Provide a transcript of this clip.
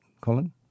Colin